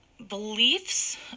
Beliefs